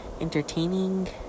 entertaining